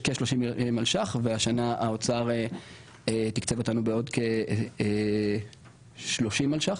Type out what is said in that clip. כ-30 מלש"ח והשנה האוצר תקצב אותנו בעוד כ-30 מלש"ח.